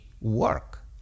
work